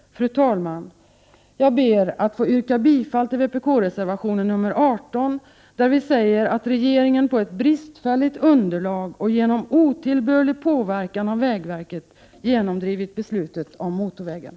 Fru talman! Jag ber att få yrka bifall till vpk-reservationen nr 18, där vi säger att regeringen på ett bristfälligt underlag och genom otillbörlig påverkan av vägverket genomdrivit beslutet om motorvägen.